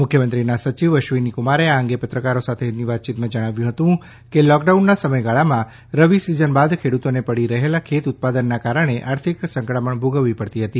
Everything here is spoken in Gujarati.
મુખ્યમંત્રીના સચિવ શ્રી અશ્વિનીકુમારે આ અંગે પત્રકારો સાથેની વાતચીતમાં જણાવ્યું છે કે લૉ કડાઉનના સમયગાળામાં રવિ સિઝન બાદ ખેડૂતોને પડી રહેલા ખેત ઉત્પાદનોના કારણે આર્થિક સંકડામણ ભોગવવી પડતી હતી